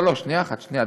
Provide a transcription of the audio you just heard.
לא, לא, שנייה אחת, שנייה.